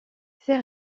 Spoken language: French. ses